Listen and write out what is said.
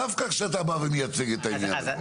דווקא כשאתה בא ומייצג את עניין הזה.